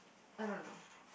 I don't know